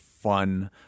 Fun